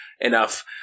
enough